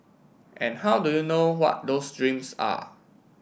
and how do you know what those dreams are